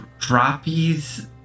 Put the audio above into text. Droppies